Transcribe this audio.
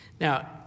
Now